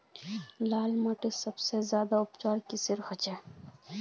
लाल माटित सबसे ज्यादा उपजाऊ किसेर होचए?